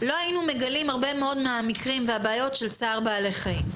לא היינו מגלים הרבה מאוד מהמקרים והבעיות של צער בעלי חיים.